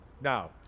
Now